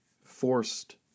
forced